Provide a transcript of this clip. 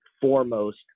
foremost